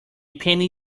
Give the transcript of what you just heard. penny